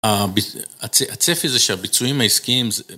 הצפי זה שהביצועים העסקיים